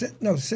no